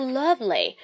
lovely，